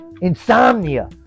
insomnia